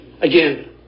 Again